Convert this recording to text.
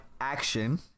Action